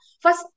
first